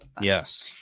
Yes